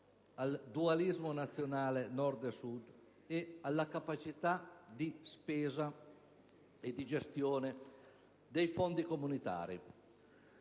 al dualismo nazionale Nord-Sud e alla capacità di spesa e gestione dei fondi comunitari.